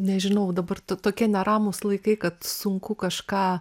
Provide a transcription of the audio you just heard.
nežinau dabar tokie neramūs laikai kad sunku kažką